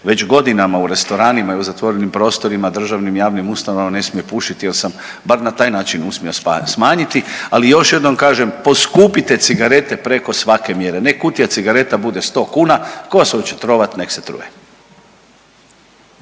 već godinama u restoranima i u zatvorenim prostorima, državnim i javnim ustanovama ne smije pušiti jel sam bar na taj način uspio smanjiti, ali još jednom kažem, poskupite cigarete preko svake mjere, nek kutija cigareta bude 100 kn, ko se hoće trovat ne se truje.